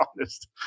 honest